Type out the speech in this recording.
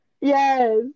Yes